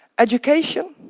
education.